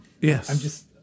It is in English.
Yes